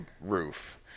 roof